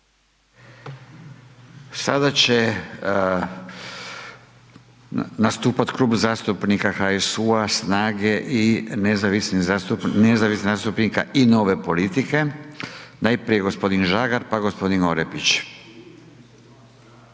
Sada će nastupati Klub zastupnika HSU-SNAGA-Nezavisnih zastupnika i Nove politike, najprije gospodin Žagar pa gospodin Orepić.